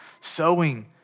sowing